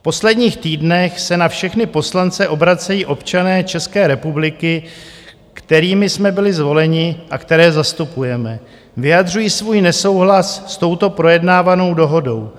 V posledních týdnech se na všechny poslance obracejí občané České republiky, kterými jsme byli zvoleni a které zastupujeme, vyjadřují svůj nesouhlas s touto projednávanou dohodou.